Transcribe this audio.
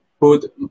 put